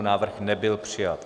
Návrh nebyl přijat.